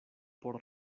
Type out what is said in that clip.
por